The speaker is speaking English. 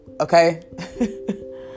okay